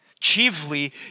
Chiefly